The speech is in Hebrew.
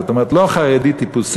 זאת אומרת לא חרדי טיפוסי,